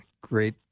great